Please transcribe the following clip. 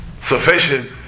sufficient